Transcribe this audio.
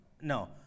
No